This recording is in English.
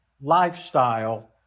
lifestyle